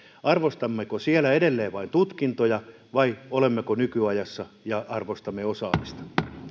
arvostammeko siellä edelleen vain tutkintoja vai olemmeko nykyajassa ja arvostamme osaamista